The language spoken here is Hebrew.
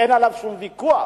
אין עליו שום ויכוח.